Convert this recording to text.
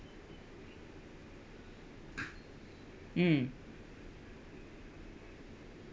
mm